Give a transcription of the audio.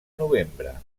novembre